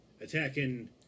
attacking